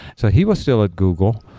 so he was still at google.